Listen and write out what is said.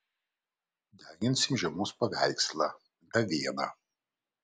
deginsim žiemos paveikslą gavėną